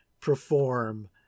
perform